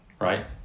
right